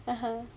(uh huh)